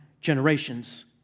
generations